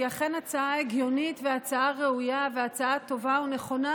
שהיא אכן הצעה הגיונית והצעה ראויה והצעה טובה ונכונה,